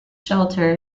shelter